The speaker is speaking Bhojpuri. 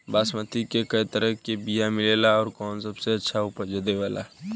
बासमती के कै तरह के बीया मिलेला आउर कौन सबसे अच्छा उपज देवेला?